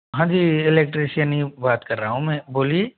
हाँ जी एलेक्ट्रिशियन ही बात कर रहा हूँ मैं बोलिए